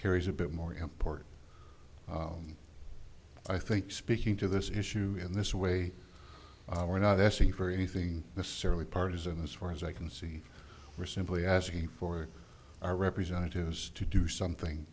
carries a bit more important i think speaking to this issue in this way we're not asking for anything the surly partisan as far as i can see we're simply asking for our representatives to do something